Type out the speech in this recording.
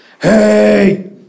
hey